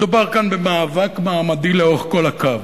מדובר כאן במאבק מעמדי לאורך כל הקו,